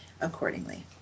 accordingly